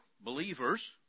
believers